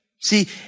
See